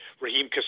Raheem